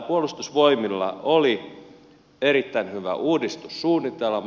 puolustusvoimilla oli erittäin hyvä uudistussuunnitelma